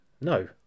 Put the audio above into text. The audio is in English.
No